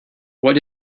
what